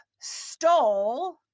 stole